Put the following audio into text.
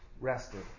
Rested